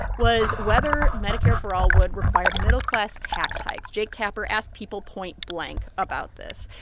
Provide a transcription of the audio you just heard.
was whether medicare for all would require middle-class tax hikes. jake tapper asked people point-blank about this.